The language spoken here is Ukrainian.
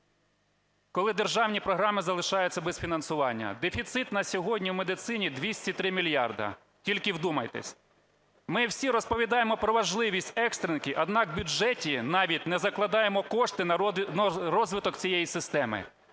коли державні програми залишаються без фінансування. Дефіцит на сьогодні в медицині – 203 мільярди. Тільки вдумайтесь! Ми всі розповідаємо про важливість "екстренки", однак в бюджеті навіть не закладаємо кошти на розвиток цієї системи.